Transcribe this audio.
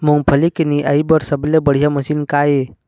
मूंगफली के निराई बर सबले बने मशीन का ये?